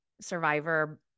Survivor